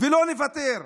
ולא נוותר.